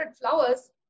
Flowers